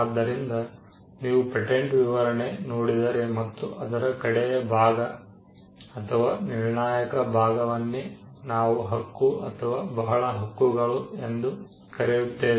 ಆದ್ದರಿಂದ ನೀವು ಪೇಟೆಂಟ್ ವಿವರಣೆ ನೋಡಿದರೆ ಮತ್ತು ಅದರ ಕಡೆಯ ಭಾಗ ಅಥವಾ ನಿರ್ಣಾಯಕ ಭಾಗವನ್ನೇ ನಾವು ಹಕ್ಕು ಅಥವಾ ಬಹಳ ಹಕ್ಕುಗಳು ಎಂದು ಕರೆಯುತ್ತೇವೆ